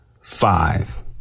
five